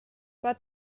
but